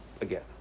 again